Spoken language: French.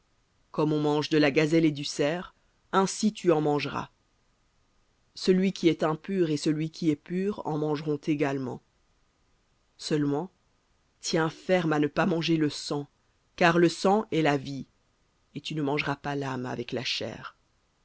comme on mange de la gazelle et du cerf ainsi tu en mangeras celui qui est impur et celui qui est pur en mangeront également seulement tiens ferme à ne pas manger le sang car le sang est la vie et tu ne mangeras pas l'âme avec la chair